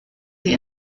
sie